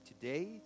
today